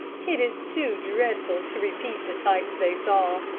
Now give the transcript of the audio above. it is too dreadful to repeat the sights they saw.